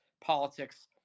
Politics